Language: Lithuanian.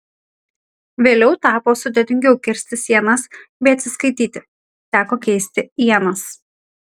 vėliau tapo sudėtingiau kirsti sienas bei atsiskaityti teko keisti ienas